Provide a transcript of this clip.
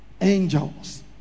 Angels